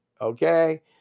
okay